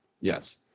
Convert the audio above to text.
Yes